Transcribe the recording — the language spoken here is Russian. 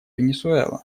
венесуэла